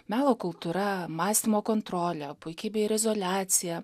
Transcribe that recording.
melo kultūra mąstymo kontrolė puikybė ir izoliacija